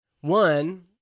One